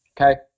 Okay